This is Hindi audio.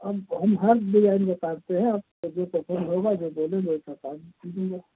अब हम हर डिजाइन में काटते हैं आप को जो पसंद होगा जो बोलेंगे वैसा काट भी दूँगा